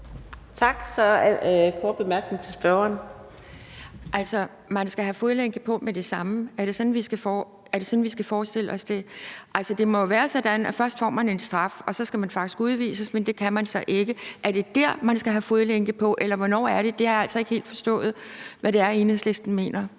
skal man have fodlænke på med det samme? Er det sådan, vi skal forestille os det? Altså, det må jo være sådan, at først får man en straf, og så skal man faktisk udvises, men det kan man så ikke. Er det der, man skal have fodlænke på, eller hvornår er det? Jeg har altså ikke helt forstået, hvad det er, Enhedslisten mener.